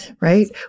right